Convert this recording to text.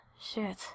shit